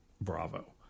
Bravo